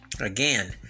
again